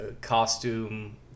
costume